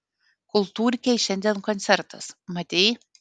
kultūrkėj šiandien koncertas matei